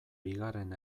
bigarren